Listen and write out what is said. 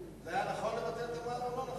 זה היה נכון לבטל את המע"מ או לא נכון?